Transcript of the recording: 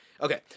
Okay